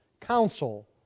counsel